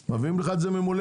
מביאים לך את זה ממולא,